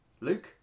Luke